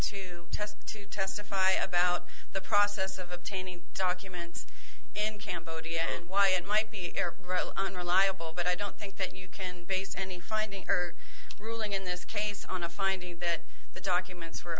to test to testify about the process of obtaining documents in cambodia and why it might be unreliable but i don't think that you can base any finding or ruling in this case on a finding that the documents